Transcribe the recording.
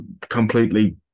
completely